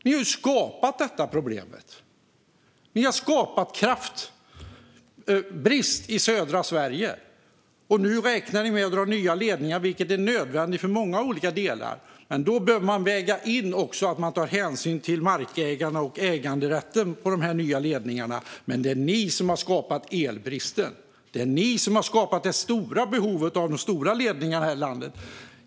Ni har ju skapat detta problem. Ni har skapat kraftbrist i södra Sverige. Nu räknar ni med att dra nya ledningar, vilket är nödvändigt för många olika delar. Men vid dragning av de nya ledningarna behöver man också väga in att ta hänsyn till markägarna och äganderätten. Men det är ni som har skapat elbristen. Det är ni som har skapat det stora behovet av att dra de stora ledningarna genom landet.